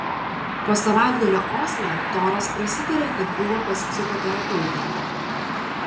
po savaitgalio osle toras prasitarė kad buvo pas psichoterapeutą